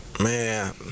man